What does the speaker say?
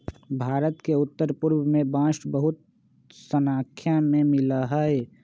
भारत के उत्तर पूर्व में बांस बहुत स्नाख्या में मिला हई